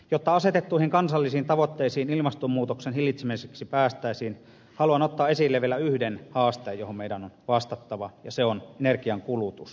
jotta asetettuihin kansallisiin tavoitteisiin ilmastonmuutoksen hillitsemiseksi päästäisiin haluan ottaa esille vielä yhden haasteen johon meidän on vastattava ja se on energiankulutus